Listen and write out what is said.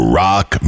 rock